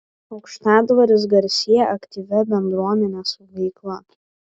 aukštadvaris garsėja aktyvia bendruomenės veikla